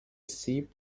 سیب